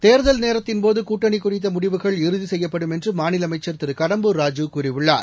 தேர்தல் நேரத்தின் போதுகூட்டணிகுறித்தமுடிவுகள் இறுதிசெய்யப்படும் என்றுமாநிலஅமைச்சர் திருகடம்பூர் ராஜூ கூறியுள்ளார்